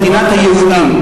מדינת היהודים.